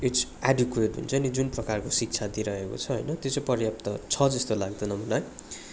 it's adequate हुन्छ नि जुन प्रकारको शिक्षा दिइरहेको छ होइन त्यो चाहिँ पर्याप्त छ जस्तो चाहिँ लाग्दैन मलाई